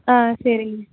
ஆ சரிங்க